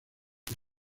que